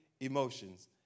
emotions